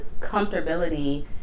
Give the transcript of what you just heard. comfortability